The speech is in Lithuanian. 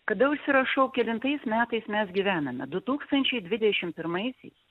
kada užsirašau kelintais metais mes gyvename du tūkstančiai dvidešim pirmaisiais